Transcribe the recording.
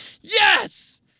yes